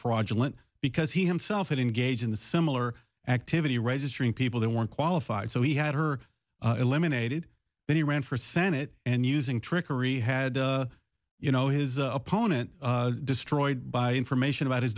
fraudulent because he himself had engaged in the similar activity registering people who weren't qualified so he had her eliminated and he ran for senate and using trickery had you know his opponent destroyed by information about his